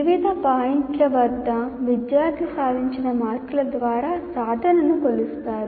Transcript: వివిధ పాయింట్ల వద్ద విద్యార్థి సాధించిన మార్కుల ద్వారా సాధనను కొలుస్తారు